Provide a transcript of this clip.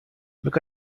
look